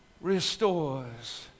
restores